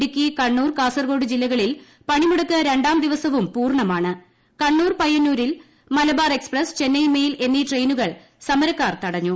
ഇടുക്കി കണ്ണൂർ കാസർകോഡ് ജില്ലകളിൽ പണിമുടക്ക് രണ്ടാം ദിവസവും പൂർണ്ണമാണ് കണ്ണൂർ പയ്യന്നൂരിൽ മലബാർ എക്സ്പ്രസ്സ് ചെന്റൈപ്പുമയിൽ എന്നീ ട്രെയിനുകൾ സമരക്കാർ തടഞ്ഞു